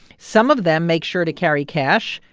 some of them make sure to carry cash.